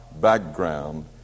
background